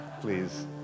Please